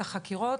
החקירות.